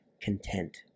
content